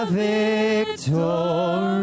victory